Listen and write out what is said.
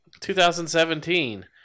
2017